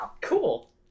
Cool